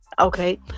okay